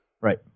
Right